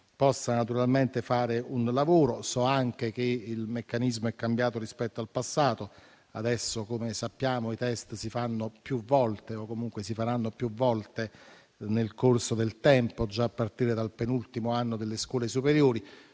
possa svolgere un lavoro. So anche che il meccanismo è cambiato rispetto al passato: adesso - come sappiamo - i *test* si fanno o comunque si faranno più volte nel corso del tempo, già a partire dal penultimo anno delle scuole superiori.